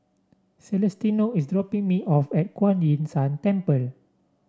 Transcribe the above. Celestino is dropping me off at Kuan Yin San Temple